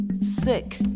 Sick